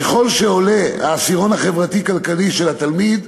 ככל שעולה העשירון החברתי-כלכלי של התלמיד,